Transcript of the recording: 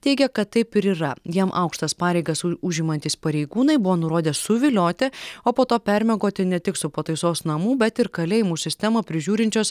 teigia kad taip ir yra jam aukštas pareigas u užimantys pareigūnai buvo nurodę suvilioti o po to permiegoti ne tik su pataisos namų bet ir kalėjimų sistemą prižiūrinčios